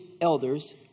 elders